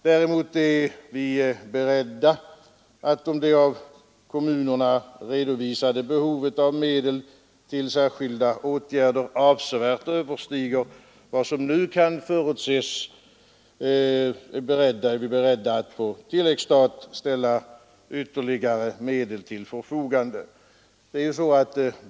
Däremot är vi beredda att — om det av kommunerna redovisade behovet av medel till särskilda åtgärder avsevärt överstiger vad som nu kan förutses — på tilläggsstat ställa ytterligare medel till förfogande.